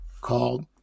called